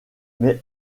mais